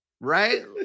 right